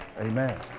Amen